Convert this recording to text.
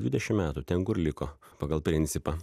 dvidešim metų ten kur liko pagal principą